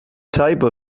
type